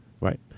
Right